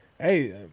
hey